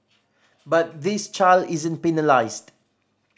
but this child isn't penalised